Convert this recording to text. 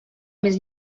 més